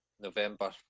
November